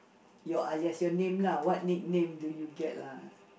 your alias your name lah what nickname do you get lah